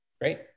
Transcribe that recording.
Great